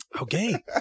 Okay